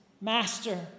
master